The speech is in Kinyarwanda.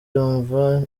yumvwa